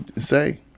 say